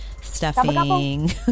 stuffing